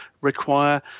require